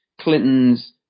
Clinton's